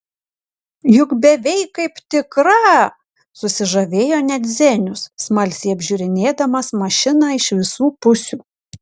juk beveik kaip tikra susižavėjo net zenius smalsiai apžiūrinėdamas mašiną iš visų pusių